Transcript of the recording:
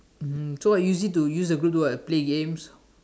mm so what you usually use the group do what play games